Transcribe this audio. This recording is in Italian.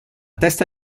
testa